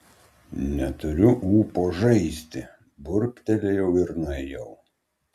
neturiu ūpo žaisti burbtelėjau ir nuėjau